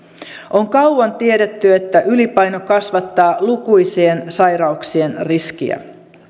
on kauan tiedetty että ylipaino kasvattaa lukuisien sairauksien riskiä